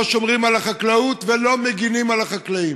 שומרים על החקלאות ולא מגינים על החקלאים.